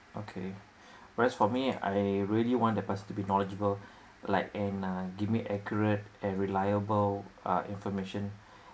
okay whereas for me I really want the person to be knowledgeable like in uh give me accurate and reliable uh information